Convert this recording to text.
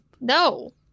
No